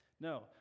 No